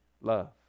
love